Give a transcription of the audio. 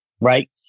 right